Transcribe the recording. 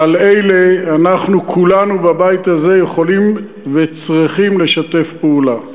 ועל אלה אנחנו כולנו בבית הזה יכולים וצריכים לשתף פעולה.